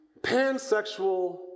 pansexual